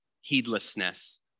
heedlessness